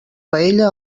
paella